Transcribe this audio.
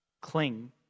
Cling